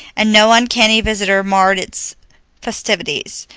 and no uncanny visitor marred its festivities,